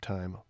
Time